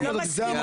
הם לא מסכימים.